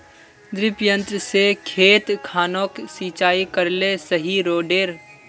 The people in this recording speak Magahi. डिरिपयंऋ से खेत खानोक सिंचाई करले सही रोडेर?